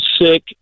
sick